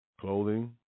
Clothing